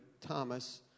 Thomas